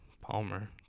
Palmer